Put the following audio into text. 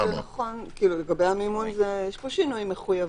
לגבי המימון, יש פה שינוי מחויבים.